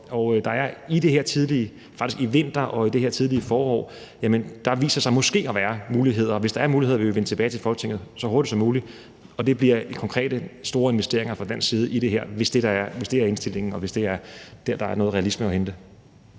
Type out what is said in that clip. og det er præcis det, der sker. Faktisk har der i vinter og i det her tidlige forår vist sig måske at være muligheder, og hvis der er muligheder, vil vi vende tilbage til Folketinget så hurtigt som muligt. Og det bliver i form af konkrete store investeringer i det her fra dansk side, hvis det er indstillingen, og hvis der er noget realisme i det.